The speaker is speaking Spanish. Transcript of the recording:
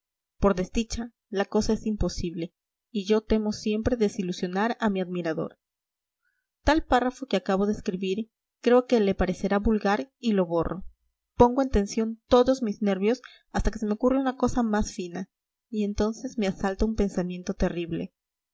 por desdicha la cosa es imposible y yo temo siempre desilusionar a mi admirador tal párrafo que acabo de escribir creo que le parecerá vulgar y lo borro pongo en tensión todos mis nervios hasta que se me ocurre una cosa más fina y entonces me asalta un pensamiento terrible